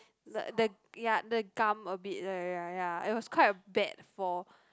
the the ya the gum a bit ya ya ya it was quite a bad fall